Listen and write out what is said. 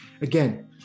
again